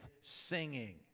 singing